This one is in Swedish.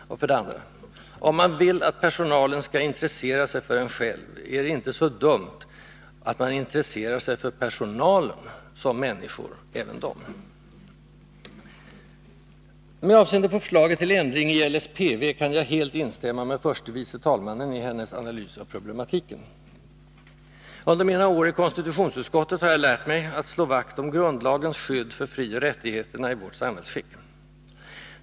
För det andra: Om man vill att personalen skall intressera sig för en själv är det inte så dumt att man intresserar sig för personalen som människor, även de. Med avseende på förslaget till ändring i LSPV kan jag helt instämma med förste vice talmannen i hennes analys av problematiken. Under mina år i konstitutionsutskottet har jag lärt mig att slå vakt om grundlagens skydd för frioch rättigheterna i vårt samhällsskick.